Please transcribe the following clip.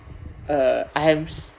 uh I have